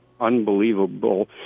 unbelievable